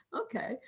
okay